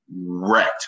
wrecked